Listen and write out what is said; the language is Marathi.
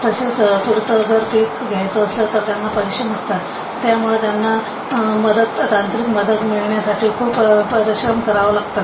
तशेच पुढचं जर पीक घ्यायचं असलं तर त्यांना पैशे नसतात त्यामुळं त्यांना मदत तांत्रिक मदत मिळण्यासाठी खूप परिश्रम करावं लागतात